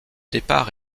départ